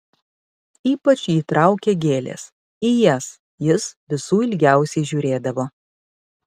ypač jį traukė gėlės į jas jis visų ilgiausiai žiūrėdavo